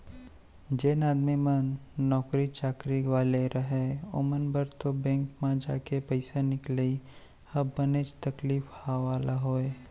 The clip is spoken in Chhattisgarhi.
जेन आदमी मन नौकरी चाकरी वाले रहय ओमन बर तो बेंक म जाके पइसा निकलाई ह बनेच तकलीफ वाला होय